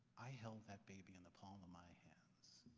i held that baby in the palm of my hands.